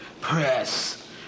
press